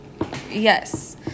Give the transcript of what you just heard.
Yes